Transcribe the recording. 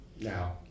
Now